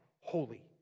holy